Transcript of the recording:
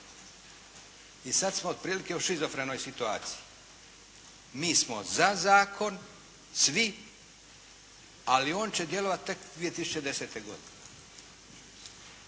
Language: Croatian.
I sada smo otprilike u šizofrenoj situaciji. Mi smo za zakon svi, ali on će djelovati tek 2010. godine.